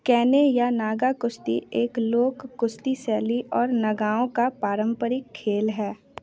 केने या नागा कुश्ती एक लोक कुश्ती शैली और नागाओं का पारंपरिक खेल है